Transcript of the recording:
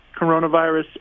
coronavirus